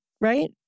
right